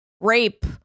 rape